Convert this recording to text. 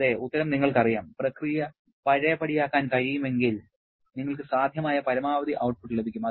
അതെ ഉത്തരം നിങ്ങൾക്കറിയാം പ്രക്രിയ പഴയപടിയാക്കാൻ കഴിയുമെങ്കിൽ നിങ്ങൾക്ക് സാധ്യമായ പരമാവധി ഔട്ട്പുട്ട് ലഭിക്കും